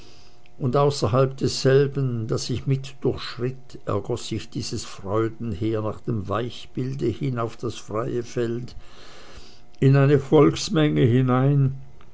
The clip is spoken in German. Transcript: und außerhalb desselben das ich mit durchschritt ergoß sich dieses freudenheer nach dem weichbilde hin auf das freie feld in eine volksmenge hinein